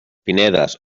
pinedes